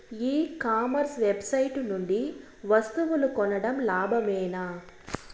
ఈ commerce website నుండి వస్తువులు కొనడం లాభమేనా?